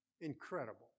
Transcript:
Incredible